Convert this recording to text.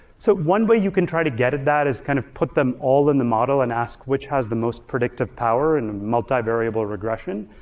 so one way you can try to get at that is kind of put them all in the model and ask which has the most predictive power in multi-variable regression.